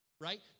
right